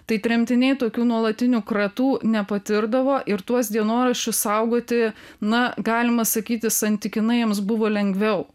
tai tremtiniai tokių nuolatinių kratų nepatirdavo ir tuos dienoraščius saugoti na galima sakyti santykinai jiems buvo lengviau